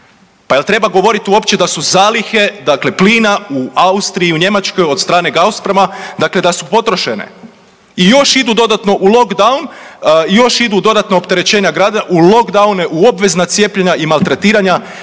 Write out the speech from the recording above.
Pa jel treba govorit uopće da su zalihe dakle plina u Austriji i u Njemačkoj od strane Gazprama, dakle da su potrošene. I još idu dodatno u lock down, i još idu dodatno u opterećenja građana, u lock downe, u obvezna cijepljenja i maltretiranja,